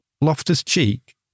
Loftus-Cheek